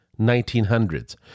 1900s